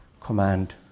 command